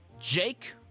Jake